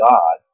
God